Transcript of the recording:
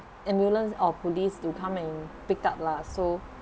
ambulance or police to come and picked up lah so